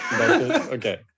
Okay